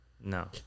No